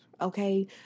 okay